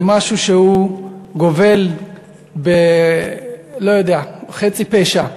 זה משהו שגובל בלא יודע, חצי פשע.